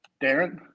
Darren